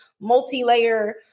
multi-layer